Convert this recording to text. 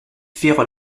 firent